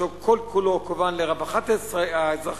אשר כל כולו כוון לרווחת האזרחים,